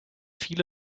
viele